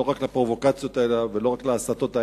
לא רק לפרובוקציות האלה ולא רק להסתות האלה,